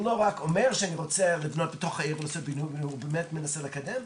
הוא לא רק אומר שאני רוצה לבנות בתוך העיר הוא באמת מנסה לקדם,